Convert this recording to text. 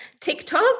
TikTok